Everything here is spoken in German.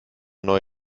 neu